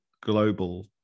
global